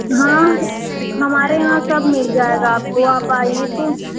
हाँ हमारे यहाँ सब मिल जाएगा आपको आप आइए तो